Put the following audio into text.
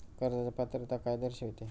कर्जाची पात्रता काय दर्शविते?